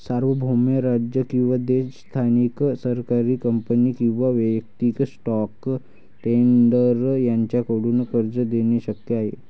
सार्वभौम राज्य किंवा देश स्थानिक सरकारी कंपनी किंवा वैयक्तिक स्टॉक ट्रेडर यांच्याकडून कर्ज देणे शक्य आहे